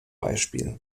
beispiel